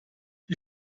die